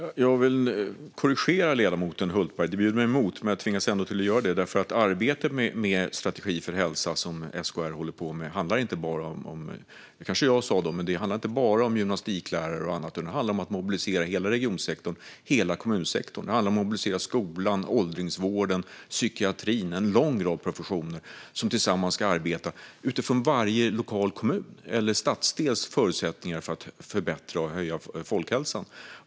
Fru talman! Jag vill korrigera ledamoten Hultberg. Det bjuder mig emot, men jag tvingas ändå göra det därför att det arbete med en strategi för hälsa som SKR håller på med inte bara handlar om gymnastiklärare och annat, som jag kanske sa. Det handlar om att mobilisera hela regionsektorn och hela kommunsektorn. Det handlar om att mobilisera skolan, åldringsvården och psykiatrin. Det är en lång rad professioner som tillsammans ska arbeta utifrån varje lokal kommuns eller stadsdels förutsättningar att förbättra och höja folkhälsan.